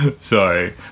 sorry